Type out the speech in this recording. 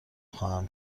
خواهم